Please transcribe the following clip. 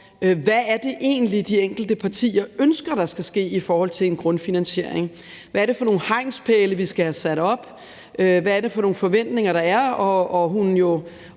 hvad det egentlig er, de enkelte partier ønsker der skal ske i forhold til en grundfinansiering. Hvad er det for nogle hegnspæle, vi skal have sat op? Hvad er det for nogle forventninger, der er?